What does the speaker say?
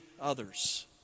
others